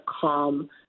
calm